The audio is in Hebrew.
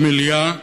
במליאה,